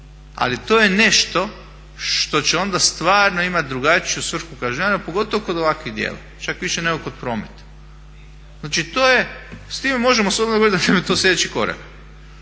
Ali to je nešto što će onda stvarno imati drugačiju svrhu kažnjavanja, pogotovo kod ovakvih djela. Čak više nego kod prometa. Znači to je, s time možemo slobodno govoriti da nam je to sljedeći korak.